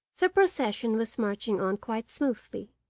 the procession was marching on quite smoothly,